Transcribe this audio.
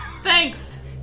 Thanks